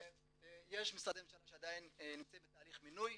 יש משרדי ממשלה שעדיין נמצאים בתהליך מינוי,